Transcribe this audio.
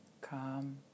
calm